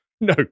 No